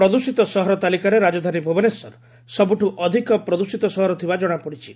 ପ୍ରଦ୍ଷିତ ସହର ତାଲିକାରେ ରାଜଧାନୀ ଭୁବନେଶ୍ୱର ସବୁଠୁ ଅଧିକ ପ୍ରଦୃଷିତ ସହର ଥିବା ଜଶାପଡିଛି